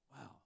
Wow